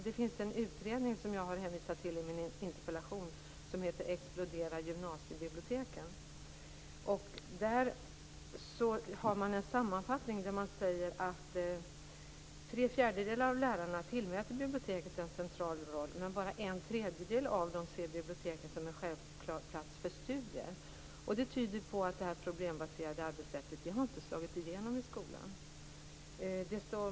Det finns en utredning som jag har hänvisat till i min interpellation som heter Explodera gymnasiebiblioteken. Där har man en sammanfattning där det sägs att tre fjärdedelar av lärarna tillmäter biblioteket en central roll. Men bara en tredjedel av dem ser biblioteket som en självklar plats för studier. Det tyder på att det problembaserade arbetssättet inte har slagit igenom i skolan.